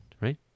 Right